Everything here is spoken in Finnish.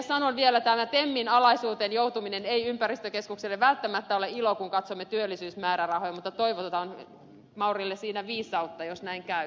sanon vielä että tämä temmin alaisuuteen joutuminen ei ympäristökeskukselle välttämättä ole ilo kun katsomme työllisyysmäärärahoja mutta toivotetaan maurille siinä viisautta jos näin käy